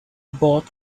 bought